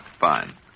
Fine